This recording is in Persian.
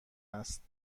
است